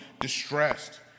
distressed